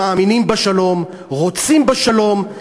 שמאמינים בשלום, רוצים בשלום.